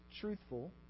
truthful